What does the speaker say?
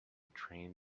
train